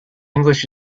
english